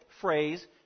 phrase